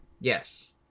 Yes